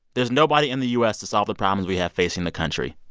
there's nobody in the u s. to solve the problems we have facing the country.